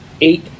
eight